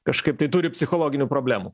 kažkaip tai turi psichologinių problemų